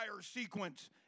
sequence